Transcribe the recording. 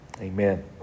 Amen